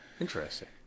Interesting